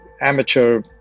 amateur